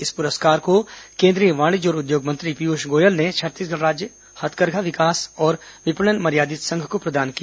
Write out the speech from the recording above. इस पुरस्कार को केंद्रीय वाणिज्य और उद्योग मंत्री पीयूष गोयल ने छत्तीसगढ़ राज्य हाथकरघा विकास और विपणन मर्यादित संघ को प्रदान किया